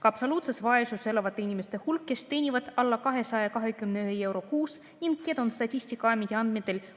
Ka absoluutses vaesuses elavate inimeste hulk, kes teenivad alla 221 euro kuus, keda on Statistikaameti andmetel 30 500